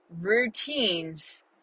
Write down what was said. routines